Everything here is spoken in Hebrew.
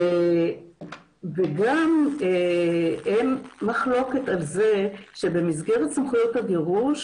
וגם אין מחלוקת על זה שבמסגרת סמכויות הגירוש